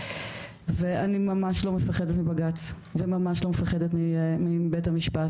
ואני ממש לא מפחדת מבג"ץ וממש לא מפחדת מבית המשפט,